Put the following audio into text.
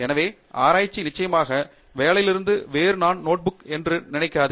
எனவே ஆராய்ச்சி நிச்சயமாக வேலை இருந்து வேறு நான் ஒரு நோட்புக் என்று தான் நினைக்காதே